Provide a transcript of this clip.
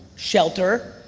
shelter,